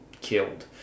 killed